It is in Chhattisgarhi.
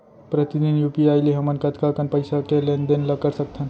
प्रतिदन यू.पी.आई ले हमन कतका कन पइसा के लेन देन ल कर सकथन?